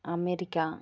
America